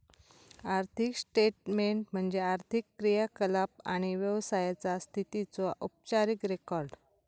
आर्थिक स्टेटमेन्ट म्हणजे आर्थिक क्रियाकलाप आणि व्यवसायाचा स्थितीचो औपचारिक रेकॉर्ड